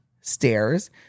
stairs